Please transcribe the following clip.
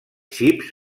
xips